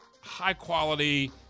high-quality